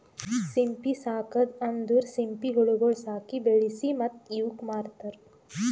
ಸಿಂಪಿ ಸಾಕದ್ ಅಂದುರ್ ಸಿಂಪಿ ಹುಳಗೊಳ್ ಸಾಕಿ, ಬೆಳಿಸಿ ಮತ್ತ ಇವುಕ್ ಮಾರ್ತಾರ್